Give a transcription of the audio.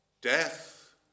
Death